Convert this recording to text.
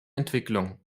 entwicklung